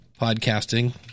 Podcasting